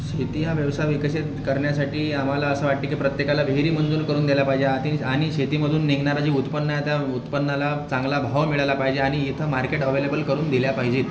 शेती हा व्यवसाय विकसित करण्यासाठी आम्हाला असं वाटते की प्रत्येकाला विहिरी मंजूर करून दिल्या पाहिजेत आती आणि शेतीमधून निघणारं जे उत्पन्न आहे त्या उत्पन्नाला चांगला भाव मिळाला पाहिजे आणि इथं मार्केट अवेलेबल करून दिल्या पाहिजेत